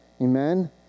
Amen